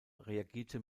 reagierte